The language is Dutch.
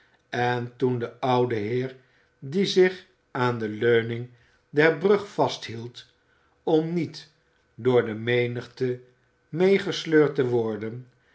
en toen de oude heer die zich aan de leuning der brug vasthield om niet door de menigte meegesleurd té worden